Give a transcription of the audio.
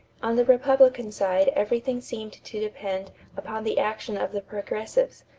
on the republican side everything seemed to depend upon the action of the progressives.